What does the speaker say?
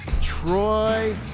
Troy